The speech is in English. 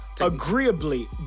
Agreeably